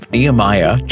Nehemiah